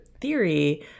theory